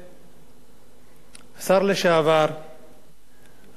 השר לשעבר אמנון ליפקין-שחק.